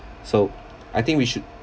so I think we should